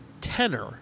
tenor